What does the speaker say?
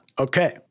Okay